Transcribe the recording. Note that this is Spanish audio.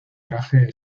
traje